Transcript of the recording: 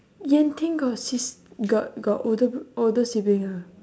yan-ting got sis got got older older sibling ah